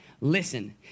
listen